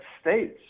states